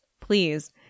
Please